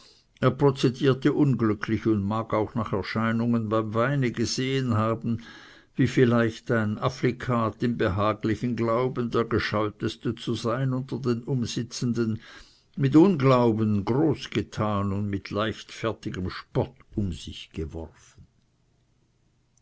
er prozedierte unglücklich und mag auch nach erscheinungen beim weine gesehen haben wie vielleicht ein afflikat im behaglichen glauben der gescheuteste zu sein unter den umsitzenden mit unglauben groß getan und mit leichtfertigem spott um sich geworfen